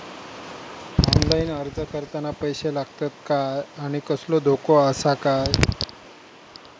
Online अर्ज करताना पैशे लागतत काय आनी कसलो धोको आसा काय?